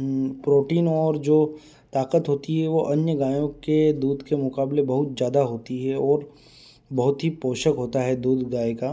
protein और जो ताकत होती है वो अन्य गायों के दूध के मुकाबले बहुत ज़्यादा होती है और बहुत ही पोषक होता है दूध गाय का